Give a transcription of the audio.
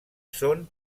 són